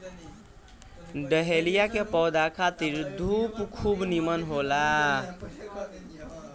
dahlia के पौधा खातिर धूप खूब निमन होला